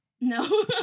No